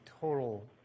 total